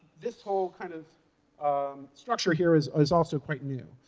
this whole kind of um structure here is is also quite new,